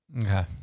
Okay